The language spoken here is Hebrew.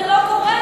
זה לא קורה,